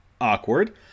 awkward